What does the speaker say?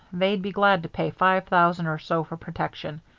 they'd be glad to pay five thousand or so for protection.